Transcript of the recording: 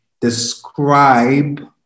describe